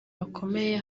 bakomeye